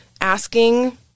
asking